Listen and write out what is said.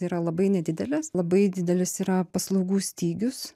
yra labai nedidelės labai didelis yra paslaugų stygius